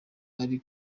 ari